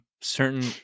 certain